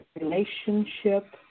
relationship